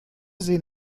sehen